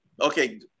Okay